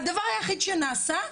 והדבר היחיד שנעשה,